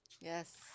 Yes